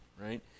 right